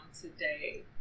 today